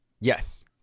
Yes